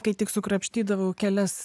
kai tik sukrapštydavau kelias